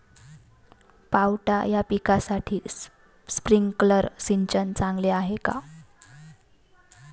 पावटा या पिकासाठी स्प्रिंकलर सिंचन चांगले आहे का?